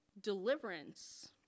deliverance